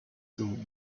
through